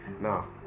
Now